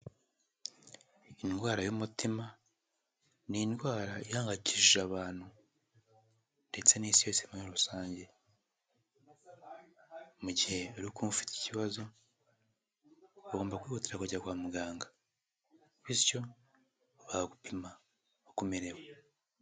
Indwara y'umutima ni indwara ihangayikishije abantu, ndetse n'isi yose muri rusange. Mu gihe uri kumva ufite ikibazo ugomba kwihutira kujya kwa muganga, bityo bakagupima uko umerewe.